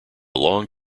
long